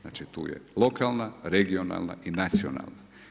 Znači tu je lokalna, regionalna i nacionalna.